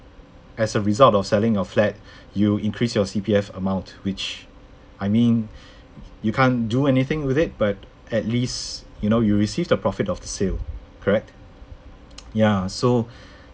as a result of selling your flat you increased your C_P_F amount which I mean you can't anything with it but at least you know you received the profit of the sale correct ya so